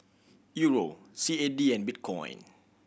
Euro C A D and Bitcoin